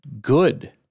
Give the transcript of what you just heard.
good